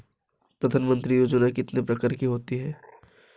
प्रधानमंत्री योजना कितने प्रकार की होती है?